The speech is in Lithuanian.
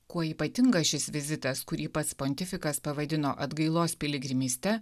kuo ypatingas šis vizitas kurį pats pontifikas pavadino atgailos piligrimyste